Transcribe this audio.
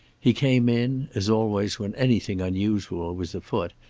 he came in, as always when anything unusual was afoot,